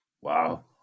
Wow